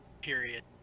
period